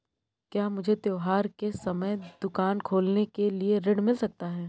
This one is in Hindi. क्या मुझे त्योहार के समय दुकान खोलने के लिए ऋण मिल सकता है?